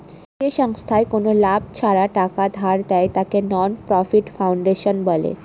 যে সংস্থায় কোনো লাভ ছাড়া টাকা ধার দেয়, তাকে নন প্রফিট ফাউন্ডেশন বলে